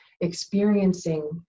experiencing